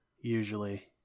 usually